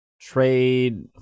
trade